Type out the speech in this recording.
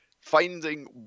finding